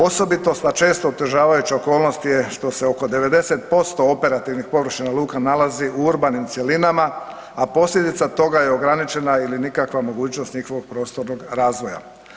Osobitost na često otežavajuće okolnost je što se oko 90% operativnih površina luka nalazi u urbanim cjelinama, a posljedica toga je ograničena ili nikakva mogućnost njihovog prostornog razvoja.